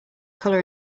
color